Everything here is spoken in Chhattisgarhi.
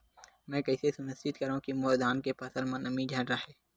मैं कइसे सुनिश्चित करव कि मोर धान के फसल म नमी झन रहे?